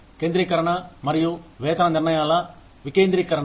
కేంద్రీకరణ మరియు వేతన నిర్ణయాల వికేంద్రీకరణ